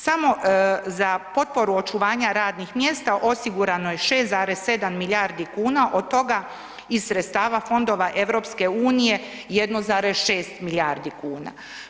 Samo za potporu očuvanja radnih mjesta osigurano je 6,7 milijardi kuna, od toga iz sredstava fondova EU 1,6 milijardi kuna.